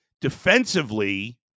Defensively